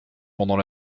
pendant